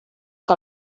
que